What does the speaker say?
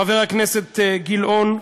חבר הכנסת גילאון,